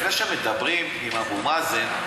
לפני שמדברים עם אבו מאזן,